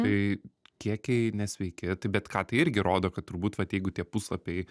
tai kiekiai nesveiki tai bet ką tai irgi rodo kad turbūt vat jeigu tie puslapiai